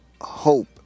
hope